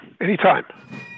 anytime